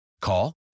Call